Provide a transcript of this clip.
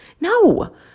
No